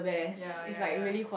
ya ya ya